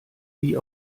wie